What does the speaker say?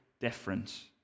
difference